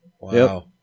Wow